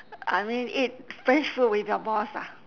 I mean eat french food with your boss ah